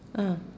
ah